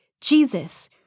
Jesus